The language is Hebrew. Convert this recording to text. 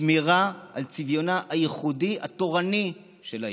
שמירה על צביונה הייחודי התורני של העיר.